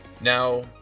Now